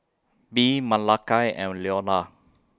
Bee Malakai and Leola